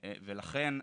לכן,